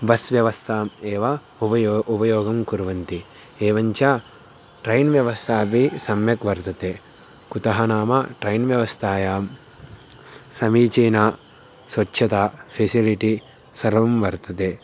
bus व्यवस्थाम् एव उपयोगः उपयोगं कुर्वन्ति एवञ्च ट्रैन् व्यवस्था अपि सम्यक् वर्तते कुतः नाम ट्रैन् व्यवस्थायां समीचीना स्वच्छता फ़ेसिलिटि सर्वं वर्तते